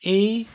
এই